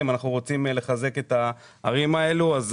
כי אם אנחנו רוצים לחזק את הערים האלה אז